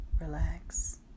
Relax